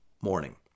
morning